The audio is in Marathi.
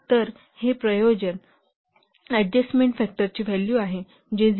तर हे प्रयोजन अडजस्टमेन्ट फॅक्टरचे व्हॅल्यू आहे जे 0